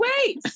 wait